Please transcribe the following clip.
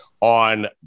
on